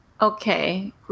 Okay